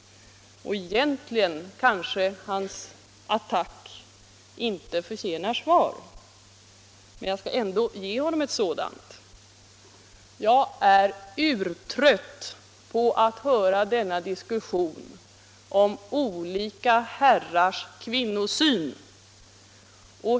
Egentligen kanske hans attack inte förtjänar något svar, men jag skall ändå ge honom ett sådant. Jag är urtrött på att höra denna diskussion om olika herrars kvinnosyn.